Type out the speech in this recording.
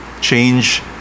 Change